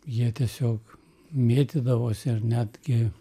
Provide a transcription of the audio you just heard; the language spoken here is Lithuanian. jie tiesiog mėtydavosi ar netgi